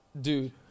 Dude